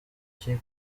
ikipe